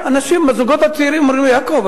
הזוגות הצעירים אומרים לי: יעקב,